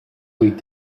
week